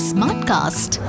Smartcast